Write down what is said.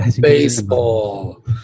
Baseball